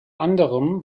anderen